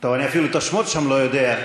טוב, אני אפילו את השמות שם לא יודע.